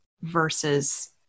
versus